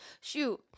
shoot